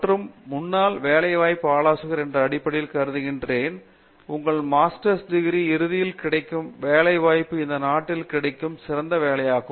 மற்றும் முன்னாள் வேலை வாய்ப்பு ஆலோசகர் என்ற அடிப்படையில் கூறுகிறேன் உங்கள் மாஸ்டர்ஸ் டிகிரி இறுதியில் கிடைக்கும் வேலை வாய்ப்புகள் இந்த நாட்டில் கிடைக்கும் சிறந்த வேலையாகும்